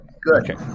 good